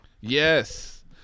Yes